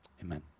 Amen